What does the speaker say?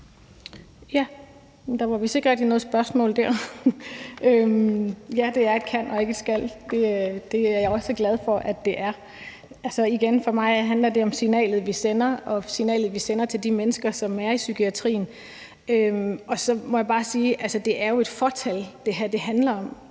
Der var vist ikke rigtig noget spørgsmål der. Ja, det er et »kan« og ikke et »skal«, det er jeg også glad for at det er. Igen handler det for mig om signalet, vi sender, og signalet, vi sender til de mennesker, som er i psykiatrien. Og så må jeg bare sige, at det jo er et fåtal, det her handler om.